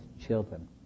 children